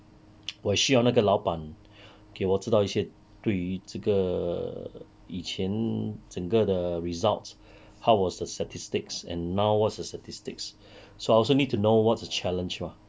我需要那个老板给我知道一些对于这个以前整个的 results how was the statistics and now what's the statistics so I also need to know what's the challenge lah